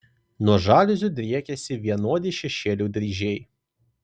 nuo žaliuzių driekiasi vienodi šešėlių dryžiai